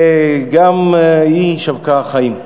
גם היא שבקה חיים.